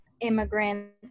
immigrants